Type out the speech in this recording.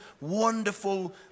wonderful